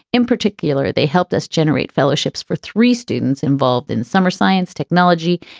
in particular, they helped us generate fellowships for three students involved in summer science, technology,